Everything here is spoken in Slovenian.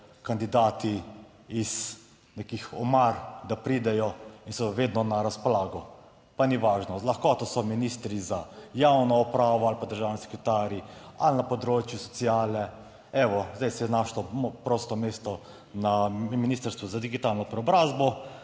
kandidati iz nekih omar, da pridejo in so vedno na razpolago, pa ni važno, z lahkoto, so ministri za javno upravo ali pa državni sekretarji ali na področju sociale. Zdaj se je našlo prosto mesto na Ministrstvu za digitalno preobrazbo.